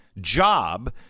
job